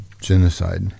genocide